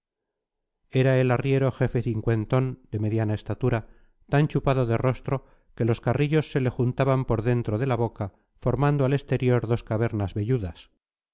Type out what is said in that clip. era el arriero jefe cincuentón de mediana estatura tan chupado de rostro que los carrillos se le juntaban por dentro de la boca formando al exterior dos cavernas velludas